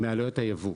מעלויות היבוא.